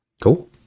cool